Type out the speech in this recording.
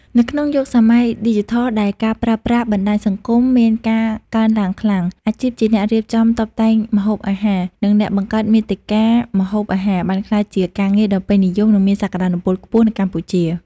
នៅក្នុងយុគសម័យឌីជីថលដែលការប្រើប្រាស់បណ្តាញសង្គមមានការកើនឡើងខ្លាំង អាជីពជាអ្នករៀបចំតុបតែងម្ហូបអាហារ និងអ្នកបង្កើតមាតិកាម្ហូបអាហារ បានក្លាយជាការងារដ៏ពេញនិយម និងមានសក្តានុពលខ្ពស់នៅកម្ពុជា។